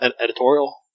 editorial